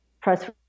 press